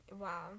Wow